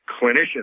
clinicians